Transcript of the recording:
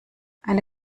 eine